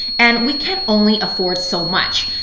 and we can only afford so much.